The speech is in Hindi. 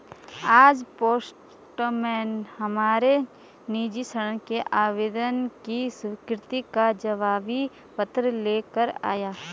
आज पोस्टमैन हमारे निजी ऋण के आवेदन की स्वीकृति का जवाबी पत्र ले कर आया